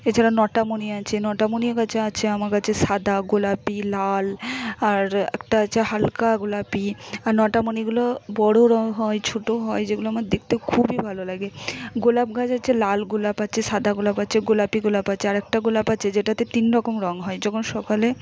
এ ছাড়া নটামণি আছে নটামণি গাছ আছে আমার কাছে সাদা গোলাপি লাল আর একটা আছে হালকা গোলাপি আর নটামণিগুলো বড় রং হয় ছোট হয় যেগুলো আমার দেখতে খুবই ভালো লাগে গোলাপ গাছ আছে লাল গোলাপ আছে সাদা গোলাপ আছে গোলাপি গোলাপ আছে আর একটা গোলাপ আছে যেটাতে তিন রকম রং হয় যখন সকালে